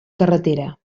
carretera